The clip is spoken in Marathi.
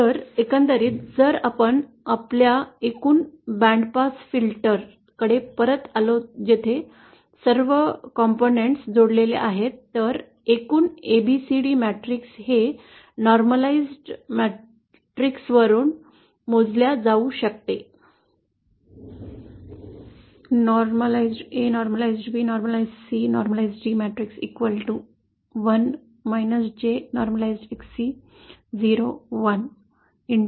तर एकंदरीत जर आपण आपल्या एकूण बँड पास फिल्टर कडे परत आलो जेथे सर्व 3 घटक जोडलेले आहेत तर एकूण ABCD मॅट्रिक्स हे सामान्य ABCD मॅट्रिक्सवरून मोजल्या जाऊ शकते